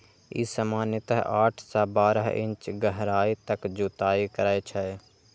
ई सामान्यतः आठ सं बारह इंच गहराइ तक जुताइ करै छै